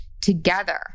together